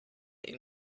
ihn